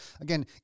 again